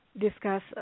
discuss